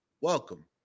welcome